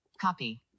Copy